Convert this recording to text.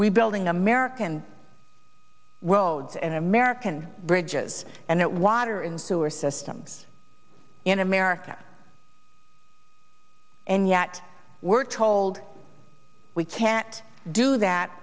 rebuilding american roads and american bridges and it was her in sewer systems in america and yet we're told we can't do that